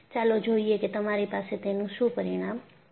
ચાલો જોઈએ કે તમારી પાસે તેનું શું પરિણામ છે